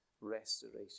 restoration